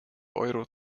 euro